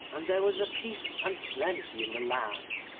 and there was peace and plenty in the land.